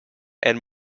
and